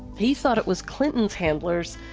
he thought it was clinton's handlers,